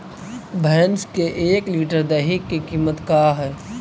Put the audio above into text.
भैंस के एक लीटर दही के कीमत का है?